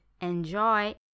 enjoy